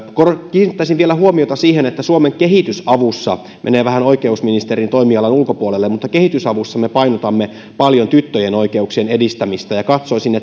kiinnittäisin vielä huomiota siihen että suomen kehitysavussa menee vähän oikeusministerin toimialan ulkopuolelle me painotamme paljon tyttöjen oikeuksien edistämistä katsoisin